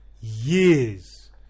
years